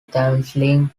thameslink